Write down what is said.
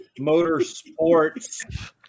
Motorsports